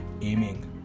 aiming